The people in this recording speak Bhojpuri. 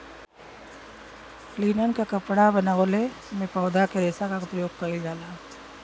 लिनन क कपड़ा बनवले में पौधा के रेशा क परयोग कइल जाला